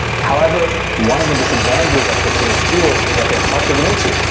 however, one of the disadvantages of prestigious schools is that they're hard to get into.